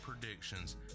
predictions